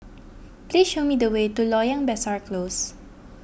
please show me the way to Loyang Besar Close